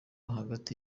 hagati